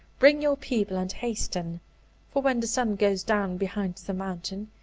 bring your people, and hasten for, when the sun goes down behind the mountain,